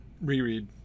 reread